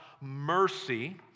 mercy